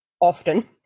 often